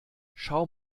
schau